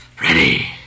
Ready